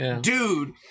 dude